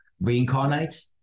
reincarnate